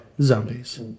zombies